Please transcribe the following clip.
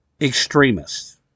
extremists